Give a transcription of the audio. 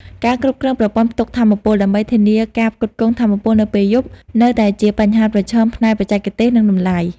ការគ្រប់គ្រងប្រព័ន្ធផ្ទុកថាមពល ដើម្បីធានាការផ្គត់ផ្គង់ថាមពលនៅពេលយប់ នៅតែជាបញ្ហាប្រឈមផ្នែកបច្ចេកទេស និងតម្លៃ។